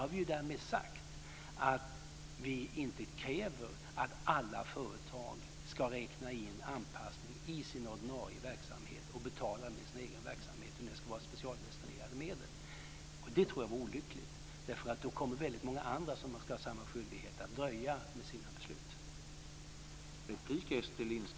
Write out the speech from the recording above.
Därmed har vi sagt att vi inte kräver att alla företag ska räkna in anpassning i sin ordinarie verksamhet och betala den ur sin egen verksamhet utan menar att det ska vara specialdestinerade medel. Jag tror att det vore olyckligt, för då kommer väldigt många andra som har samma skyldighet att dröja med sina beslut.